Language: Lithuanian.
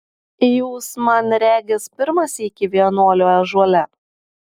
jūs man regis pirmą sykį vienuolio ąžuole